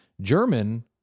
German